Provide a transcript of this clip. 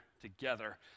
together